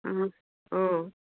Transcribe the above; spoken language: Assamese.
অঁ অঁ